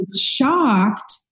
shocked